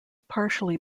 partially